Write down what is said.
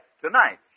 tonight